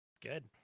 good